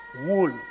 wool